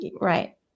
Right